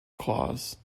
cause